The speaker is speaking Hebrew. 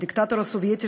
הדיקטטור הסובייטי,